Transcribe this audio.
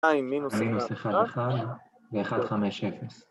2, מינוס 1, 1 ו-1, 5, 0